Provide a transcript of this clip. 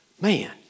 man